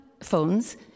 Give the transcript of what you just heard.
phones